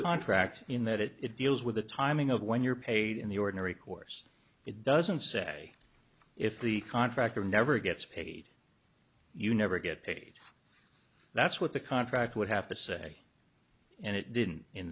contract in that it deals with the timing of when you're paid in the ordinary course it doesn't say if the contractor never gets paid you never get paid that's what the contract would have to say and it didn't in